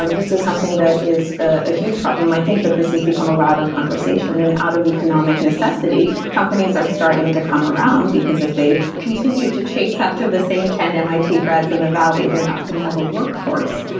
this is something that is a huge problem. i think that this has become a louder conversation, and out of economic necessity companies are starting to come around, because if they continue to chase after the same ten mit grads in the valley, they're not going to have a workforce.